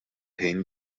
ħin